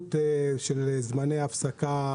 הסבירות של זמני ההפסקה,